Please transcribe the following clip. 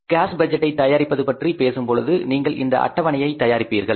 case பட்ஜெட்டை தயாரிப்பது பற்றி பேசும்பொழுது நீங்கள் இந்த அட்டவணையையும் தயாரிப்பீர்கள்